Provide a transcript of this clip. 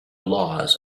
laws